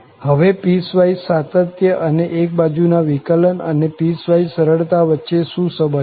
હવે પીસવાઈસ સાતત્ય અને એક બાજુ ના વિકલન અને પીસવાઈસ સરળતા વચ્ચે શું સંબંધ છે